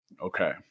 okay